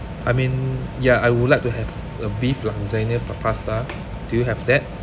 I mean ya I would like to have a beef lasagna pa~ pasta do you have that